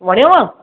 वणियव